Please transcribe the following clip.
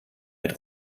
mit